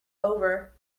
over